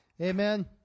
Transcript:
Amen